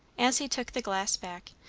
as he took the glass back,